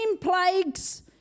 plagues